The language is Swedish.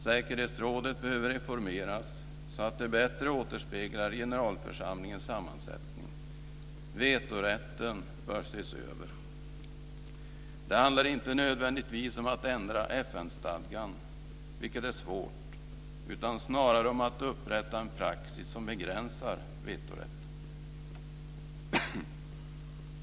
Säkerhetsrådet behöver reformeras så att det bättre återspeglar generalförsamlingens sammansättning. Vetorätten bör ses över. Det handlar inte nödvändigtvis om att ändra FN-stadgan, vilket är svårt, utan snarare om att upprätta en praxis som begränsar vetorätten.